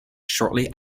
shortly